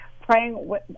praying